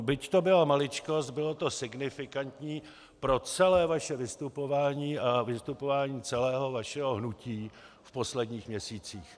Byť to byla maličkost, bylo to signifikantní pro celé vaše vystupování a vystupování celého vašeho hnutí v posledních měsících.